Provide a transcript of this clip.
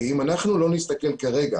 אם אנחנו לא נסתכל כרגע